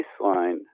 baseline